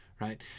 Right